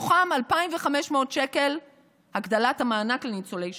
2,500 שקלים הגדלת המענק לניצולי שואה,